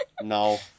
No